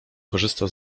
korzysta